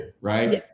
right